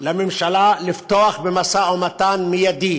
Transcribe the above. לממשלה לפתוח במשא ומתן מיידי